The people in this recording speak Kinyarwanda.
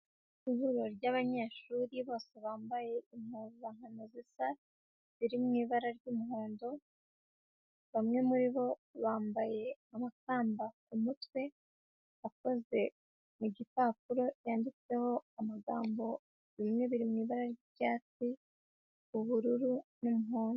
Ihuriro ryabanyeshuri bose bambaye impuzankano zisa, ziri mu ibara ry'umuhondo, bamwe muri bo bambaye amakamba ku mutwe akoze mu gipapuro cyanditseho amagambo bimwe biri mu ibara ry'icyatsi, ubururu n'umuhondo.